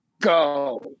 Go